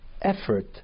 effort